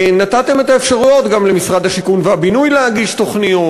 נתתם את האפשרויות גם למשרד השיכון והבינוי להגיש תוכניות,